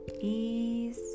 ease